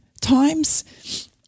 times